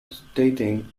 stating